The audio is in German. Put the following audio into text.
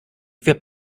wir